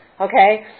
Okay